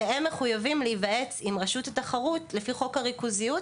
-- הוא מחויב להיוועץ עם רשות התחרות לפי חוק הריכוזיות,